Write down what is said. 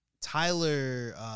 Tyler